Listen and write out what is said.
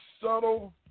subtle